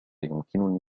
يمكنني